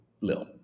Lil